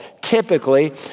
Typically